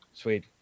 Sweet